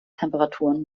temperaturen